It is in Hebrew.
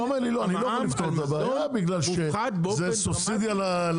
אתה אומר לי שלא נפתור את הבעיה כי זה סובסידיה למוצר.